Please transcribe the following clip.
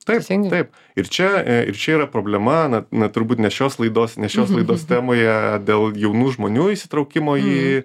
taip taip ir čia ir čia yra problema na na turbūt ne šios laidos ne šios laidos temoje dėl jaunų žmonių įsitraukimo į